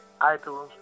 iTunes